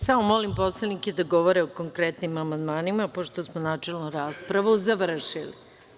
Samo molim poslanike da govore o konkretnim amandmanima, pošto smo načelnu raspravu završili.